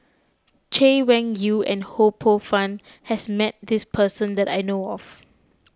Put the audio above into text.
Chay Weng Yew and Ho Poh Fun has met this person that I know of